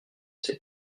sais